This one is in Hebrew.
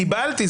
קיבלתי,